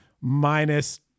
minus